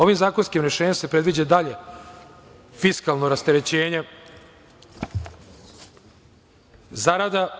Ovim zakonskim rešenjem se predviđa dalje fiskalno rasterećenje zarada.